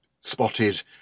spotted